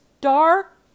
dark